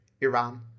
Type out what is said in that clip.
iran